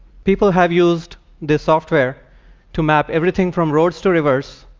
people have used this software to map everything from roads to rivers,